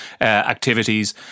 activities